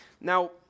Now